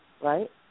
right